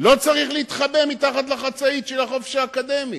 לא צריך להתחבא מתחת לחצאית של החופש האקדמי.